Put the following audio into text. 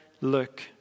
look